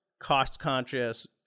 cost-conscious